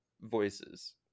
voices